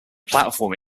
platform